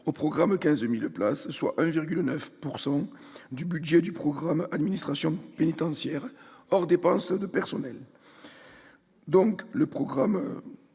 du programme « 15 000 places », soit 1,9 % du budget du programme « Administration pénitentiaire » hors dépenses de personnel. Le programme